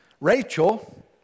Rachel